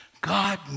God